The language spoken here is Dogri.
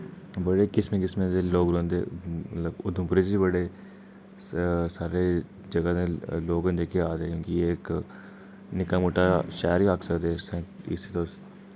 बड़े किस्में किस्में दे लोक रौंह्दे मतलब उधमपुरे च ई बड़े स सारी जगह दे लोक न जेह्के आखदे न कि इक निक्का मुट्टा शैह्र बी आक्खी सकदे इस टाइम इस्सी तुस